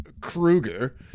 Krueger